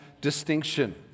distinction